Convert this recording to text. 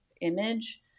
image